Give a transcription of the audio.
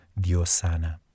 Diosana